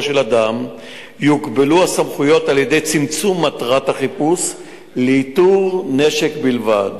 של אדם יוגבלו הסמכויות על-ידי צמצום מטרת החיפוש לאיתור נשק בלבד.